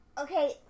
okay